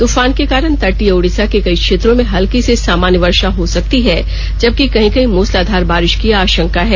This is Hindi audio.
तफान के कारण तटीय ओडिशा के कई क्षेत्रों में हल्की से सामान्य वर्षा हो सकती है जबकि कहीं कहीं मूसलाधार बारिश की आशंका है